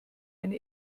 eine